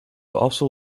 also